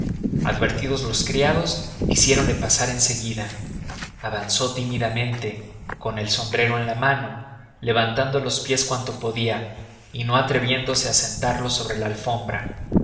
advertidos los criados hiciéronle pasar en seguida avanzó tímidamente con el sombrero en la mano levantando los pies cuanto podía y no atreviéndose a sentarlos sobre la alfombra